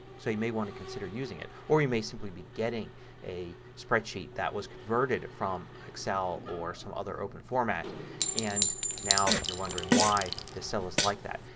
so you may want to consider using it. or you may simply be getting a spreadsheet that was converted from excel or some other open format and now you're wondering why the cell is like that.